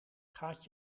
gaat